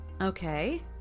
Okay